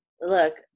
look